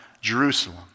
Jerusalem